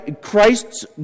Christ's